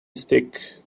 stick